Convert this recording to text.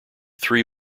three